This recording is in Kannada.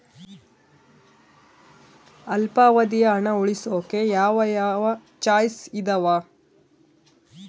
ಅಲ್ಪಾವಧಿ ಹಣ ಉಳಿಸೋಕೆ ಯಾವ ಯಾವ ಚಾಯ್ಸ್ ಇದಾವ?